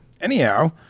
anyhow